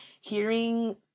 hearing